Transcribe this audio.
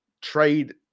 trade